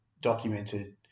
documented